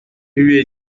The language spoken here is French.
lui